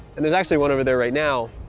and there's actually one over there right now.